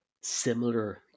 similar